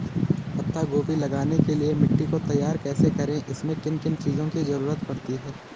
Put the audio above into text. पत्ता गोभी लगाने के लिए मिट्टी को तैयार कैसे करें इसमें किन किन चीज़ों की जरूरत पड़ती है?